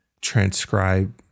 transcribe